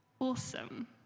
Awesome